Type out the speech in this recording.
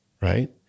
right